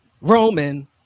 Roman